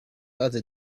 other